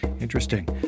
Interesting